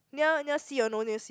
near near sea or no near sea